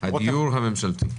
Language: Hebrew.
הדיור הממשלתי.